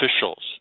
officials